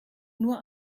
nur